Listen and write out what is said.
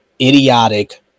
idiotic